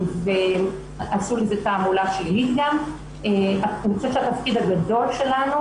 עשו לזה תעמולה ואני חושבת שהתפקיד הגדול שלנו,